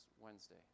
Wednesday